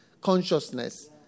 consciousness